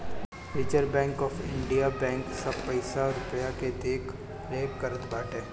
reserve bank of India bank सब पईसा रूपया के देखरेख करत बाटे